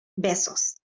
Besos